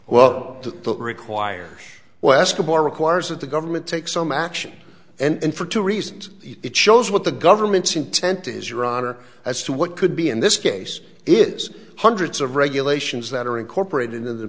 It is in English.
to require westmore requires that the government take some action and for two reasons it shows what the government's intent is your honor as to what could be in this case is hundreds of regulations that are incorporated into the